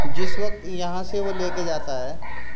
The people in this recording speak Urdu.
جس وقت یہاں سے وہ لے کے جاتا ہے